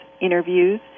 interviews